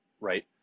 right